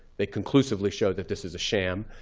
they conclusively show that this is a sham.